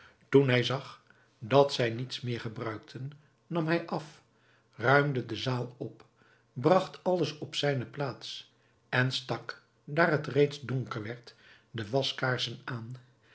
toen hij zag dat zij niets meer gebruikten nam hij af ruimde de zaal op bragt alles op zijne plaats en stak daar het reeds donker werd de waskaarsen aan